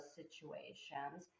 situations